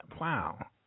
wow